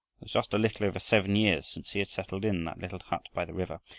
just a little over seven years since he had settled in that little hut by the river,